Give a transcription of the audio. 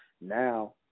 Now